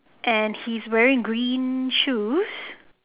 and he's wearing green shoes